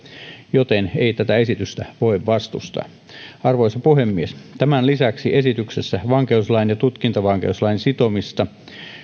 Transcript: joten ei tätä esitystä voi vastustaa arvoisa puhemies tämän lisäksi esityksessä vankeuslain ja tutkintavankeuslain sitomista